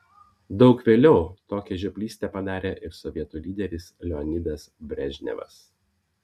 daug vėliau tokią žioplystę padarė ir sovietų lyderis leonidas brežnevas